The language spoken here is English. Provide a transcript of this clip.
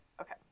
Okay